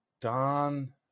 Don